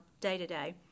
day-to-day